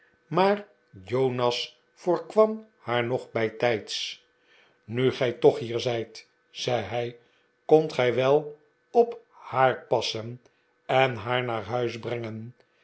maar jonas voorkwam haar nog bijtijds nu gij toch hier zijt zei hij kondt gij wel op haar passen en haar naar huis brengen